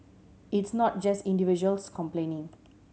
it's not just individuals complaining